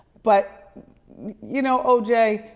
but you know o. j,